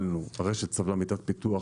הרשת סבלה מתת-פיתוח,